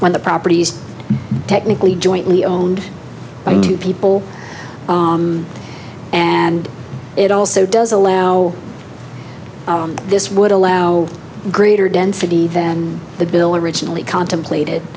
when the properties technically jointly owned by two people and it also does allow this would allow greater density than the bill originally contemplated i